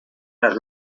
las